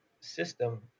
system